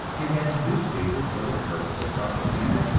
it has newspapers for the purpose of propaganda,